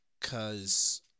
Cause